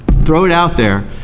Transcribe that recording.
throw it out there,